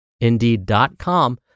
Indeed.com